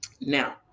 Now